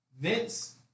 Vince